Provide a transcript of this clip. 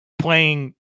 playing